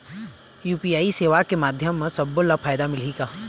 UPI सेवा के माध्यम म सब्बो ला फायदा मिलही का?